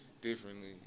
Differently